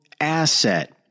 asset